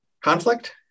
conflict